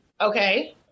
Okay